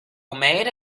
made